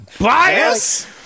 Bias